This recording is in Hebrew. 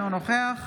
אינו נוכח